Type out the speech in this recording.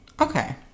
okay